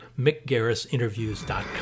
mickgarrisinterviews.com